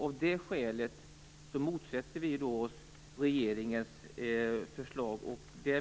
Av det skälet motsätter vi oss regeringens förslag.